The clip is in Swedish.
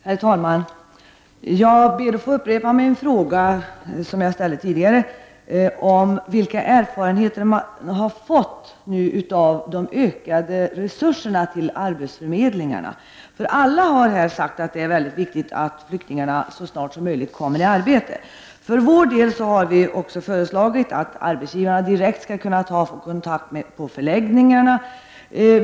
Herr talman! Jag ber att få upprepa min tidigare ställda fråga om vilka erfarenheter man nu har fått av de ökade resurserna till arbetsförmedling arna. Alla har här sagt att det är mycket viktigt att flyktingarna så snart som ligt kommer i arbete. Vi har för vår del föreslagit att arbetsgivarna direkt skall kunna ta kontakt på förläggningarna.